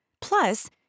Plus